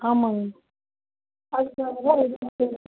ஆமாங்க அதுக்காகத்தான் ரெடி பண்ணுறோம்